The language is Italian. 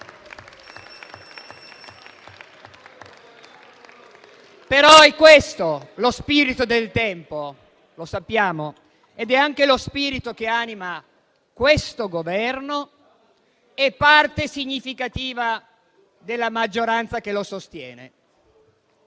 Però è questo lo spirito del tempo, lo sappiamo, ed è anche lo spirito che anima questo Governo e parte significativa della maggioranza che lo sostiene.